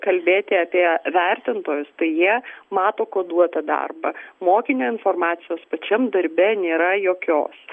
kalbėti apie vertintojus tai jie mato koduotą darbą mokinio informacijos pačiam darbe nėra jokios